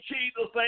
Jesus